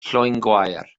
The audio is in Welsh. llwyngwair